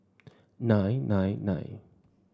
nine nine nine